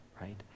right